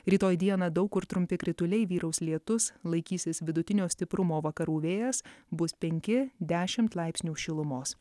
rytoj dieną daug kur trumpi krituliai vyraus lietus laikysis vidutinio stiprumo vakarų vėjas bus penki dešimt laipsnių šilumos